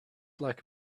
like